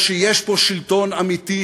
או שיש פה שלטון אמיתי,